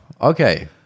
okay